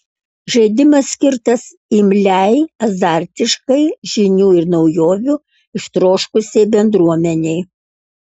žaidimas skirtas imliai azartiškai žinių ir naujovių ištroškusiai bendruomenei